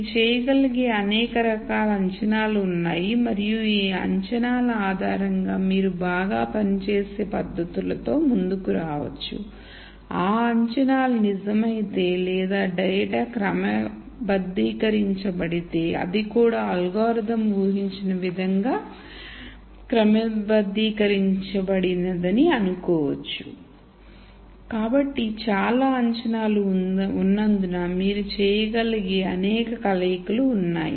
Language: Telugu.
మీరు చేయగలిగే అనేక రకాల అంచనాలు ఉన్నాయి మరియు ఈ అంచనాల ఆధారంగా మీరు బాగా పనిచేసే పద్ధతులతో ముందుకు రావచ్చు ఆ అంచనాలు నిజమైతే లేదా డేటా క్రమబద్ధీకరించబడితే అది కూడా అల్గోరిథం ఊహించిన విధంగా క్రమబద్ధీకరించబడిన దని అనుకోవచ్చు కాబట్టి చాలా అంచనాలు ఉన్నందున మీరు చేయగలిగే అనేక కలయికలు ఉన్నాయి